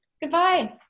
goodbye